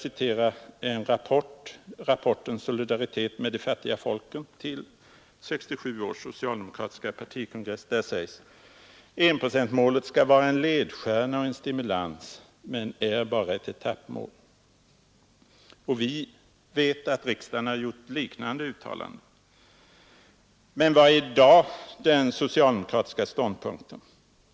I rapporten ”Solidaritet med de fattiga folken” till 1967 års socialdemokratiska partikongress hette det: ”Enprocentmålet skall vara en ledstjärna och en stimulans — men är bara ett etappmål”. Och vi vet att riksdagen har gjort liknande uttalanden. Men vilken är i dag den socialdemokratiska ståndpunkten?